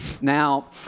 now